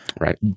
Right